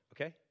okay